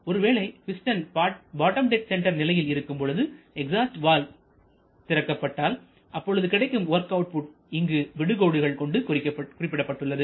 ஒருவேளை piston bottom dead centre நிலையில் இருக்கும் பொழுது எக்ஸாஸ்ட் வால்வு exhaust valve திறக்கப்பட்டால் அப்பொழுது கிடைக்கும் வொர்க் அவுட் புட் இங்கு விடு கோடுகள் கொண்டு குறிக்கப்பட்டுள்ளது